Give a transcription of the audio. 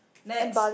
next